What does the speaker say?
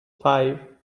five